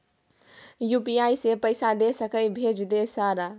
UPI से पैसा दे सके भेज दे सारा?